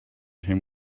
him